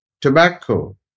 Tobacco